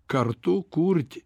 kartu kurti